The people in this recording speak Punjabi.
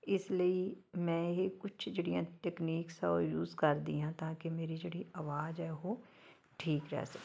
ਇਸ ਲਈ ਮੈਂ ਇਹ ਕੁਝ ਜਿਹੜੀਆਂ ਟਕਨੀਕਸ ਆ ਉਹ ਯੂਜ਼ ਕਰਦੀ ਹਾਂ ਤਾਂ ਕਿ ਮੇਰੀ ਜਿਹੜੀ ਆਵਾਜ਼ ਹੈ ਉਹ ਠੀਕ ਰਹਿ ਸਕੇ